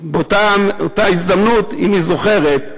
באותה הזדמנות, אם היא זוכרת.